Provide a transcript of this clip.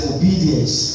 Obedience